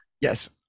Yes